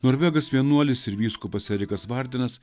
norvegas vienuolis ir vyskupas erikas vardinas